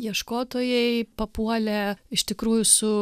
ieškotojai papuolė iš tikrųjų su